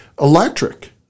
electric